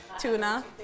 Tuna